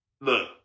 look